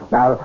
Now